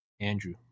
Andrew